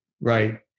right